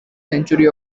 century